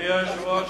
אדוני היושב-ראש,